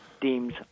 deems